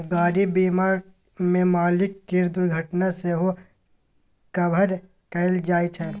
गाड़ी बीमा मे मालिक केर दुर्घटना सेहो कभर कएल जाइ छै